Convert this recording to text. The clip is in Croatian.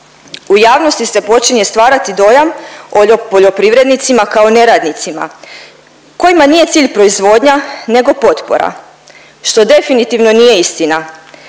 U javnosti se počinje stvarati dojam o poljoprivrednicima kao neradnicima kojima nije cilj proizvodnja nego potpora što definitivno nije istina.